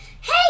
Hey